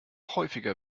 häufiger